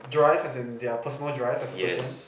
drive as in their personal drive as a person